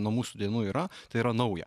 nuo mūsų dienų yra tai yra nauja